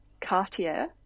Cartier